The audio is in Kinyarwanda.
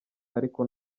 ariko